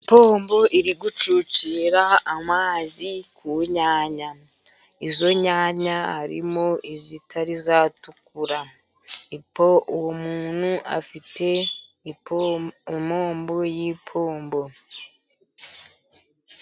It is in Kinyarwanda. Ipombo iri gucucira amazi ku nyanya, izo nyanya harimo izitari zatukura, uwo muntu afite impombo y'ipombo.